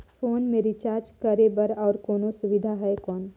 Phone मे recharge करे बर और कोनो सुविधा है कौन?